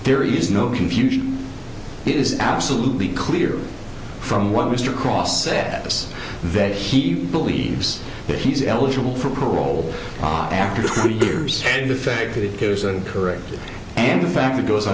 there is no confusion it is absolutely clear from what mr cross said this that he believes that he's eligible for parole after thirty years and the fact that it cares and correct and the fact it goes